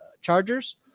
chargers